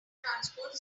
transport